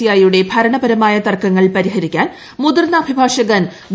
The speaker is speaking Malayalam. ഐ യുടെ ഭരണപരമായ തർക്കങ്ങൾ പരിഹരിക്കാൻ മുതിർന്ന അഭിഭാഷകൻ വി